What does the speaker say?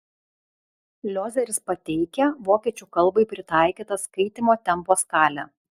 liozeris pateikia vokiečių kalbai pritaikytą skaitymo tempo skalę